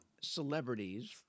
celebrities